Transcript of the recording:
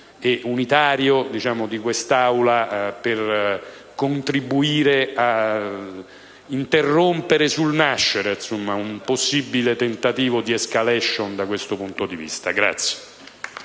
unitario di quest'Assemblea per contribuire ad interrompere sul nascere un possibile tentativo di *escalation* da questo punto di vista.*(Applausi